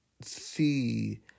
see